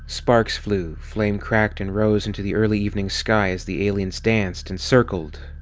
sparks flew, flame cracked and rose into the early evening sky as the aliens danced and circled.